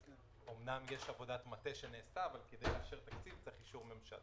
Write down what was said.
אמנם יש עבודת מטה שנעשתה אבל כדי לאשר תקציב צריך אישור ממשלה.